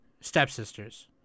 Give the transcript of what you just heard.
stepsisters